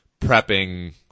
prepping